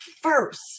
first